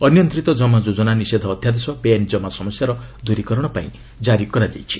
ଅନିୟନ୍ତିତ ଜମା ଯୋଜନା ନିଷେଧ ଅଧ୍ୟାଦେଶ ବେଆଇନ୍ କମା ସମସ୍ୟାର ଦୂରିକରଣ ପାଇଁ କାରି କରାଯାଇଛି